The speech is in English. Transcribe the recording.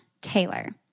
Taylor